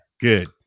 Good